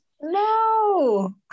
No